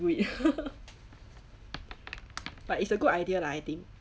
do it but it's a good idea lah I think